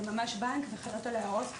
זה ממש בנק וחלות עליו הוראות.